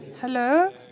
Hello